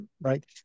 right